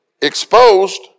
exposed